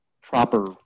proper